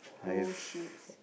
wool sheeps